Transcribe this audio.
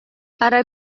ара